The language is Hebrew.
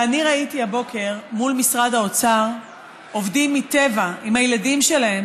אני ראיתי הבוקר מול משרד האוצר עובדים מטבע עם הילדים שלהם,